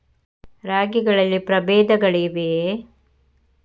ರಾಗಿಗಳಲ್ಲಿ ಪ್ರಬೇಧಗಳಿವೆಯೇ?